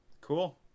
cool